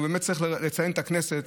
וצריך לציין את הכנסת,